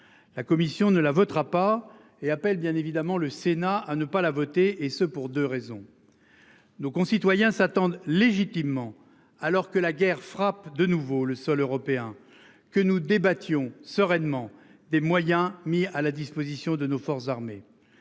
La commission ne la votera pas et appelle bien évidemment le Sénat à ne pas la voter et ce pour 2 raisons. Nos concitoyens s'attendent légitimement alors que la guerre frappe de nouveau le sol européen que nous débattions sereinement des moyens mis à la disposition de nos forces armées.